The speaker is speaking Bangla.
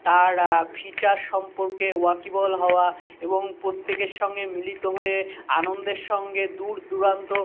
তারা ফিচার সম্পর্কে ওয়াকিবহাল হওয়া এবং প্রত্যেকের সঙ্গে মিলিত হয়ে আনন্দের সঙ্গে দূর দূরান্ত